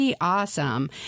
awesome